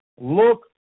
look